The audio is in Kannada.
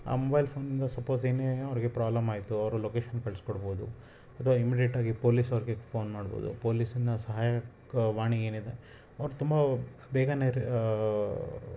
ಆ ಮೊಬೈಲ್ ಫೋನ್ನಿಂದ ಸಪೋಸ್ ಏನೇ ಅವ್ರಿಗೆ ಪ್ರಾಬ್ಲಮ್ ಆಯಿತು ಅವರು ಲೊಕೇಶನ್ ಕಳ್ಸಿಕೊಡ್ಬೋದು ಅಥವಾ ಇಮ್ಮಿಡೇಟ್ ಆಗಿ ಪೋಲಿಸ್ ಅವ್ರಿಗೆ ಫೋನ್ ಮಾಡ್ಬೋದು ಪೋಲಿಸಿನ ಸಹಾಯಕವಾಣಿ ಏನಿದೆ ಅವ್ರು ತುಂಬ ಬೇಗನೆ ರಿ